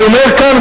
אני אומר כאן,